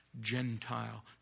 Gentile